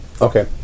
Okay